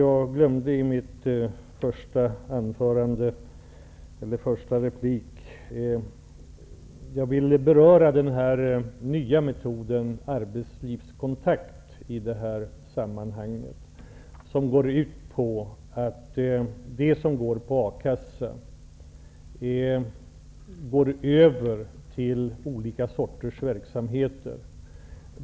Jag vill i detta sammanhang beröra den nya metoden med arbetslivskontakt. Den innebär att de som har A-kassa skall gå över till olika slag av verksamheter.